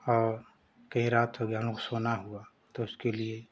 और कहीं रात हो गई हमलोग को सोना हुआ तो उसके लिए